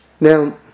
Now